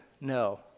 No